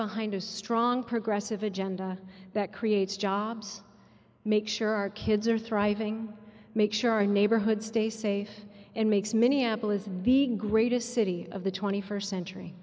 behind a strong progressive agenda that creates jobs make sure our kids are thriving make sure our neighborhoods stay safe and makes minneapolis vig greatest city of the twenty first century